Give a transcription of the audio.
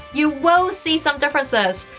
you will see some differences.